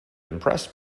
impressed